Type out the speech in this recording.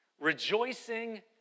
Rejoicing